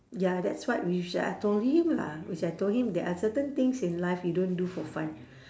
ya that's what which I told him lah which I told him there are certain things in life you don't do for fun